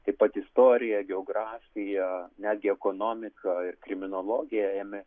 taip pat istorija geografija netgi ekonomika ir kriminologija ėmė